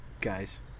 guys